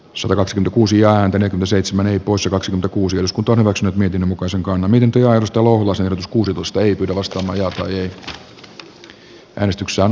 soros kuusi ääntä seitsemän kuusi kaksi kuusi osku torro x merkin mukaisen kaanonin paranna sosiaalista oikeudenmukaisuutta eikä turvaa heikompiosaisten asemaa